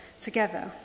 together